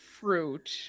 fruit